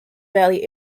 valley